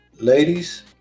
Ladies